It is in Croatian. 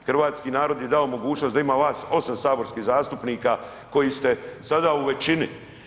Hrvatski narod je dao mogućnost da ima vas 8 saborskih zastupnika koji ste sada u većini.